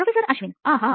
professor Ashwin ಆಹಾ